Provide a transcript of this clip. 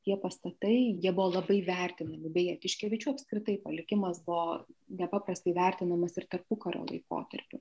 tie pastatai jie buvo labai vertinami beje tiškevičių apskritai palikimas buvo nepaprastai vertinamas ir tarpukario laikotarpiu